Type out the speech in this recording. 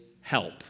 help